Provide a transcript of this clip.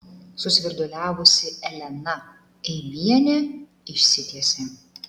susvirduliavusi elena eivienė išsitiesė